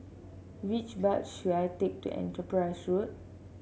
which bus should I take to Enterprise Road